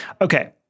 Okay